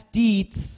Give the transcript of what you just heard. deeds